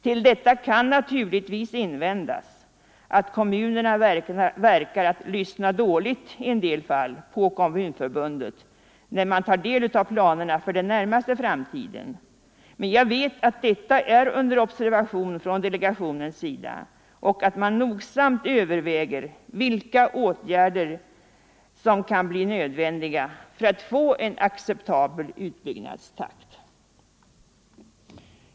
Mot detta kan alltså naturligtvis invändas att när man tagit del av planerna för den närmaste framtiden, verkar det som om kommunerna i en del fall lyssnar dåligt på Kommunförbundet. Men jag vet att denna fråga är under observation från delegationens sida och att man nogsamt överväger vilka åtgärder som kan vara nödvändiga för att få till stånd en acceptabel utbyggnadstakt.